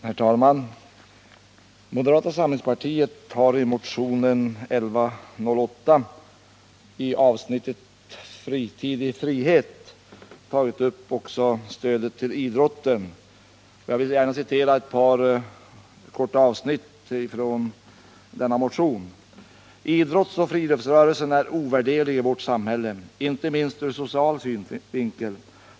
Herr talman! Moderata samlingspartiet har i motionen 1108 i avsnittet Fritid i frihet tagit upp också stödet till idrotten. Jag vill gärna citera några meningar från denna motion: ”Idrottsoch friluftsrörelsen är ovärderlig i vårt samhällsliv — inte minst ur social synvinkel.